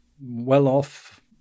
well-off